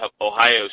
Ohio